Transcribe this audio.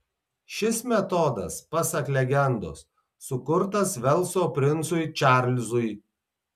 šis metodas pasak legendos sukurtas velso princui čarlzui